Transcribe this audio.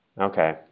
Okay